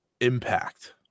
impact